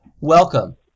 welcome